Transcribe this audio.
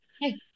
hey